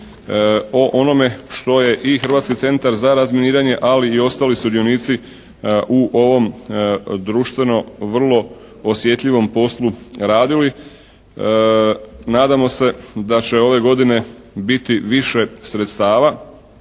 o onome što je i Hrvatski centar za razminiranje, ali i ostali sudionici u ovom društveno vrlo osjetljivom poslu radili. Nadamo se da će ove godine biti više sredstava